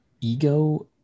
ego